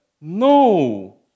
No